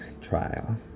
trial